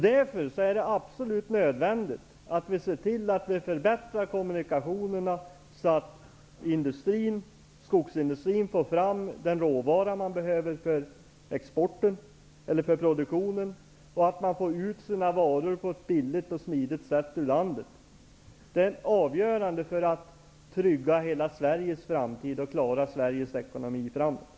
Därför är det absolut nödvändigt att vi ser till att vi förbättrar kommunikationerna, så att skogsindustrin får fram den råvara som den behöver för exporten och för produktionen och att man får varorna på ett billigt och smidigt sätt ut ur landet. Det är avgörande för att trygga hela Sveriges framtid och klara Sveriges ekonomi även framöver.